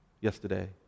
yesterday